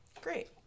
Great